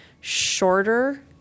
shorter